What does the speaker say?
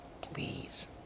Please